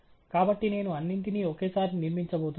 కాబట్టి నేను అన్నింటినీ ఒకేసారి నిర్మించబోతున్నాను